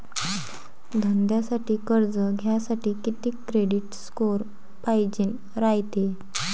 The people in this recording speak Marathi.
धंद्यासाठी कर्ज घ्यासाठी कितीक क्रेडिट स्कोर पायजेन रायते?